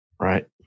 Right